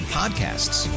podcasts